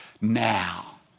now